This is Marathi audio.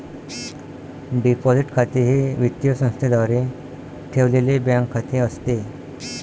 डिपॉझिट खाते हे वित्तीय संस्थेद्वारे ठेवलेले बँक खाते असते